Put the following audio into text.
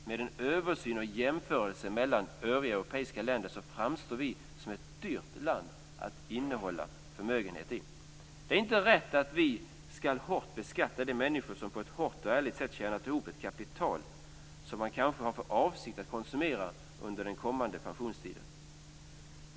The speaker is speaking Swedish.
Vid en översyn och jämförelse mellan övriga europeiska länder framstår vi som ett dyrt land att inneha förmögenhet i. Det är inte rätt att vi skall hårt beskatta de människor som på ett hårt och ärligt sätt tjänat ihop ett kapital som de kanske har för avsikt att konsumera under den kommande pensionstiden.